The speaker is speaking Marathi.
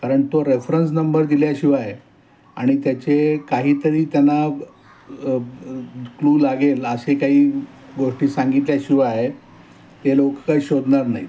कारण तो रेफरन्स नंबर दिल्याशिवाय आणि त्याचे काही तरी त्यांना क्लू लागेल असे काही गोष्टी सांगितल्याशिवाय हे लोक काही शोधणार नाहीत